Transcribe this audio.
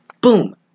Boom